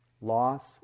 loss